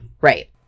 Right